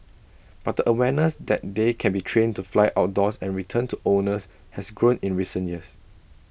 but the awareness that they can be trained to fly outdoors and return to owners has grown in recent years